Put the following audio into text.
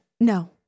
No